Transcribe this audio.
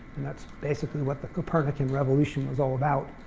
and that's basically what the copernican revolution was all about.